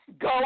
go